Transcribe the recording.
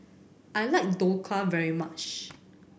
I like Dhokla very much